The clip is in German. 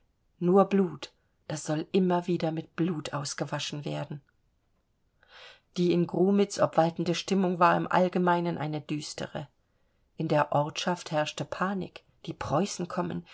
nur blut das soll immer wieder mit blut ausgewaschen werden die in grumitz obwaltende stimmung war allgemein eine düstere in der ortschaft herrschte panik die preußen kommen